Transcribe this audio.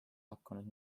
pakkunud